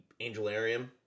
Angelarium